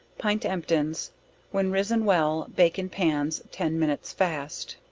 pint emptins when risen well, bake in pans ten minutes, fast.